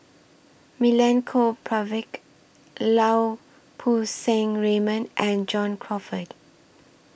Milenko Prvacki Lau Poo Seng Raymond and John Crawfurd